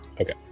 Okay